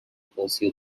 pursue